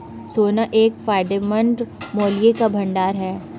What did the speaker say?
सोना एक फायदेमंद मूल्य का भंडार है